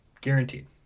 Guaranteed